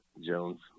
Jones